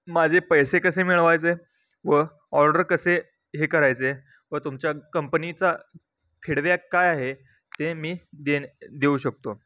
माझे पैसे कसे मिळवायचे व ऑर्डर कसे हे करायचे व तुमच्या कंपनीचा फिडबॅक काय आहे ते मी देणं देऊ शकतो